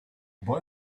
boy